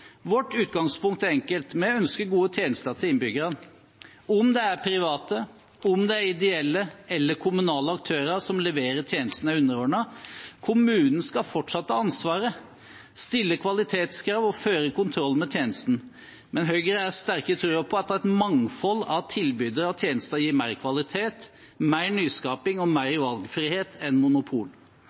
Vårt utgangspunkt er enkelt. Vi ønsker gode tjenester til innbyggerne. Om det er private, ideelle eller kommunale aktører som leverer tjenesten, er underordnet. Kommunen skal fortsatt ha ansvaret, stille kvalitetskrav og føre kontroll med tjenesten. Men Høyre er sterk i troen på at et mangfold av tilbydere og tjenester gir mer kvalitet, mer nyskaping og mer valgfrihet enn